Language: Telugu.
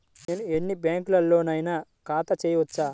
నేను ఎన్ని బ్యాంకులలోనైనా ఖాతా చేయవచ్చా?